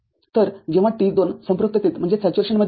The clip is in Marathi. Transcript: तर जेव्हा T२ संपृक्ततेत राहील